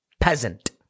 peasant